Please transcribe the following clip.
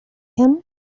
him